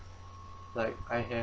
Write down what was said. like I have